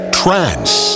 trance